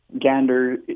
Gander